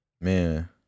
Man